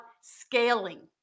scaling